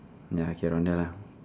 ya K around there lah